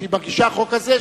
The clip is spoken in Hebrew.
כשהיא מגישה חוק כזה,